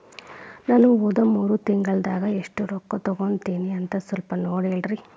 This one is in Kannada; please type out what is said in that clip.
ನಾ ಹೋದ ಮೂರು ತಿಂಗಳದಾಗ ಎಷ್ಟು ರೊಕ್ಕಾ ತಕ್ಕೊಂಡೇನಿ ಅಂತ ಸಲ್ಪ ನೋಡ ಹೇಳ್ರಿ